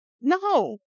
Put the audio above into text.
No